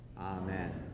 amen